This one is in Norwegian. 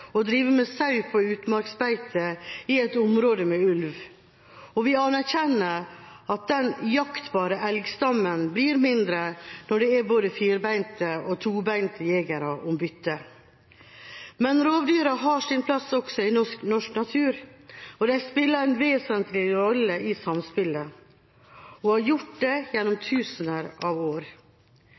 å drive med sau på utmarksbeite i et område med ulv, og vi anerkjenner at den jaktbare elgstammen blir mindre når det er både firebeinte og tobeinte jegere om byttet. Men rovdyrene har sin plass også i norsk natur. De spiller en vesentlig rolle i samspillet og har gjort det gjennom tusener av år.